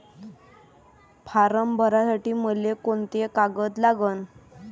Form भरासाठी मले कोंते कागद लागन?